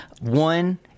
one